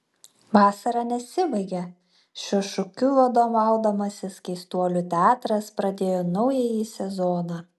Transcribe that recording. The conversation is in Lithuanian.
vasara nesibaigia šiuo šūkiu vadovaudamasis keistuolių teatras pradėjo naująjį sezoną